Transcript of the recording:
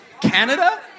Canada